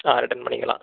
ஆ return பண்ணிக்கலாம்